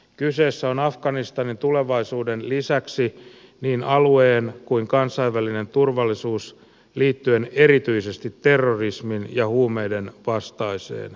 kyseessä on afganistanin tulevaisuuden lisäksi niin alueen kuin kansainvälinen turvallisuus liittyen erityisesti terrorismin ja huumeiden vastaiseen yhteistyöhön